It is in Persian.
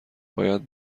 باید